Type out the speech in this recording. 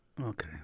Okay